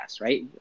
right